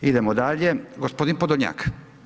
Idemo dalje, gospodin Podolnjak.